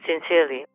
sincerely